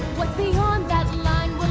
what's beyond that line,